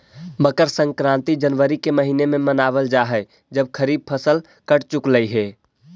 मकर संक्रांति जनवरी के महीने में मनावल जा हई जब खरीफ फसल कट चुकलई हे